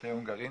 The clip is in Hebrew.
בבתי הונגרין,